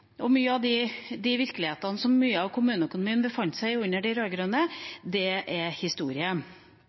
og mye av den virkeligheten som mye av kommunene og kommuneøkonomien befant seg i under de rød-grønne, er historie.